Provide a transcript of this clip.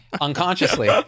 unconsciously